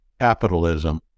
capitalism